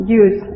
use